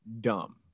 dumb